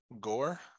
gore